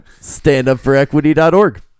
standupforequity.org